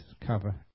cover